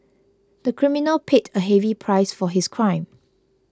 the criminal paid a heavy price for his crime